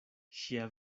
ŝia